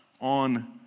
on